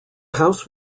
house